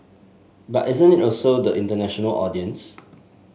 but isn't it also the international audience